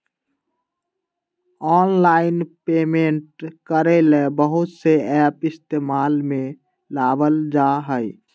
online payment करे ला बहुत से एप इस्तेमाल में लावल जा हई